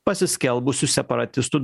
pasiskelbusių separatistų